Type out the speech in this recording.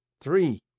Three